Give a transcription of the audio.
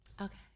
Okay